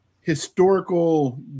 historical